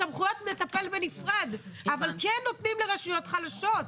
בסמכויות נטפל בנפרד אבל כן נותנים לרשויות חלשות.